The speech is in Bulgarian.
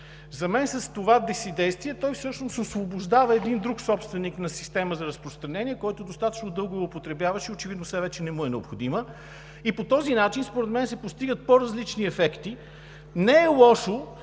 За мен с това си действие той всъщност освобождава един друг собственик на система за разпространение, който достатъчно дълго я употребяваше и очевидно сега вече не му е необходима. По този начин според мен се постигат по-различни ефекти. Не е лошо